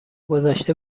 گذشته